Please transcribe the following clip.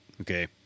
Okay